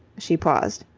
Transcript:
she paused.